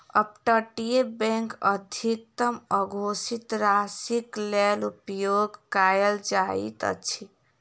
up तटीय bank अधिकतम अघोषित राशिक लेल उपयोग कयल जाइत अछि